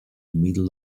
middle